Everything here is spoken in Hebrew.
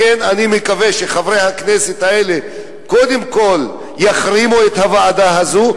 לכן אני מקווה שחברי הכנסת האלה קודם כול יחרימו את הוועדה הזאת,